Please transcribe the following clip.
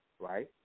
Right